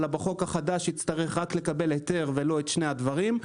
אבל בחוק החדש יצטרך רק לקבל היתר ולא את שני הדברים.